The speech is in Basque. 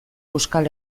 euskal